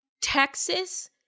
Texas